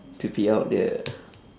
to pee out the